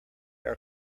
are